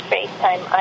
FaceTime